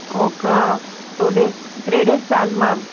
ఒక two days three days చాలు ma'am